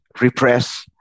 repress